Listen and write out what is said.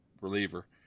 reliever